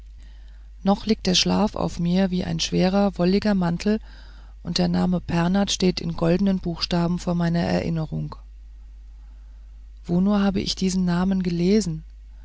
noch liegt der schlaf auf mir wie ein schwerer wolliger mantel und der name pernath steht in goldenen buchstaben vor meiner erinnerung wo nur habe ich diesen namen gelesen